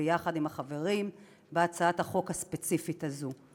ביחד עם החברים, בהצעת החוק הספציפית הזאת.